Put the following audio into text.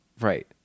right